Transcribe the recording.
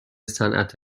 صنعت